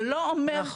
דבר נוסף